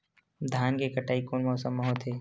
धान के कटाई कोन मौसम मा होथे?